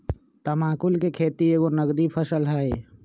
तमाकुल कें खेति एगो नगदी फसल हइ